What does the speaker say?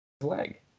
leg